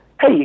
hey